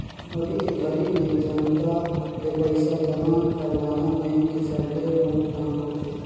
अभी के घरी में जनता ले पइसा जमा करवाना बेंक के सबले रोंट काम होथे